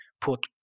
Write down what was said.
put